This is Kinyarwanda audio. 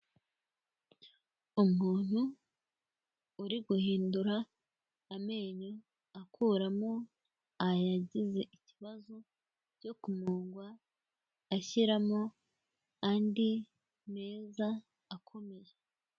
Umuntu uri guhindura amenyo akuramo ayagize ikibazo cyo kumungwa ashyiramo andi meza akomeye.